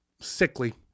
sickly